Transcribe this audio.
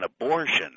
abortion